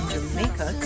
Jamaica